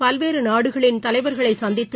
பல்வேறுநாடகளின் தலைவா்களைசந்தித்து